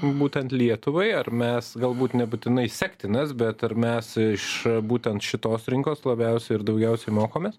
būtent lietuvai ar mes galbūt nebūtinai sektinas bet ar mes iš būtent šitos rinkos labiausiai ir daugiausiai mokomės